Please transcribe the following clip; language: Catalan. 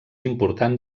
important